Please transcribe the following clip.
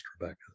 Rebecca